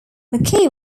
mckee